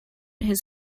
his